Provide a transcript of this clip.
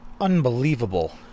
unbelievable